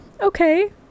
okay